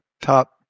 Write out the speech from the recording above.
top